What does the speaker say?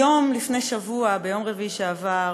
היום לפני שבוע, ביום רביעי שעבר,